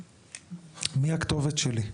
מי הכתובת שלי?